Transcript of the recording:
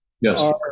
yes